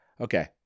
okay